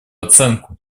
оценку